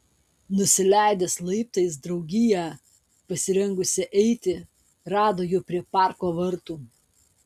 nusileidęs laiptais draugiją pasirengusią eiti rado jau prie parko vartų